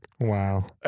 Wow